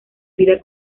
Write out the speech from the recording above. vida